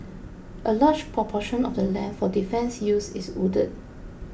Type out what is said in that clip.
a large proportion of the land for defence use is wooded